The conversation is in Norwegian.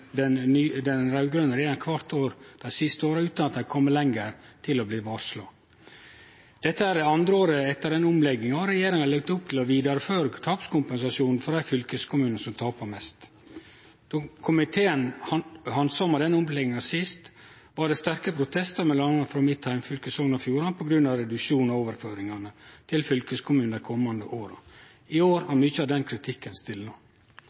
den raud-grøne regjeringa kvart år dei siste åra, utan at det kom lenger enn at det blei varsla. Dette er det andre året i denne omlegginga, og regjeringa legg opp til å vidareføre tapskompensasjonen for dei fylkeskommunane som tapar mest. Då komiteen handsama denne omlegginga sist, var det sterke protestar, m.a. frå mitt heimfylke, Sogn og Fjordane, på grunn av reduksjon av overføringane til fylkeskommunen dei komande åra. I år har mykje av den kritikken